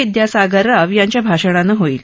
विद्यासागर राव यांच्या भाषणानं होईल